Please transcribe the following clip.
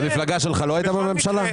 רגע, המפלגה שלך לא הייתה בממשלה?